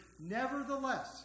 Nevertheless